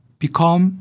become